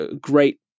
great